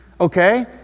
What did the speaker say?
Okay